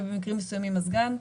ובמקרים מסוימים הסגן,